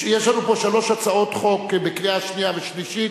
יש לנו פה שלוש הצעות חוק לקריאה שנייה ושלישית